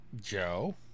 Joe